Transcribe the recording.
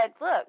Look